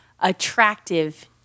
attractive